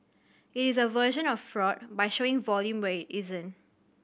it is a version of fraud by showing volume where it isn't